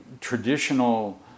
traditional